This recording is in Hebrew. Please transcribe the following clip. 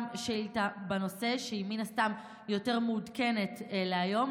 הוא שאילתה בנושא והיא מן הסתם יותר מעודכנת להיום.